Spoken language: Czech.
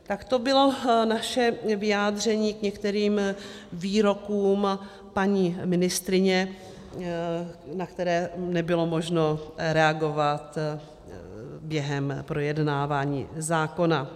Tak to bylo naše vyjádření k některým výrokům paní ministryně, na které nebylo možno reagovat během projednávání zákona.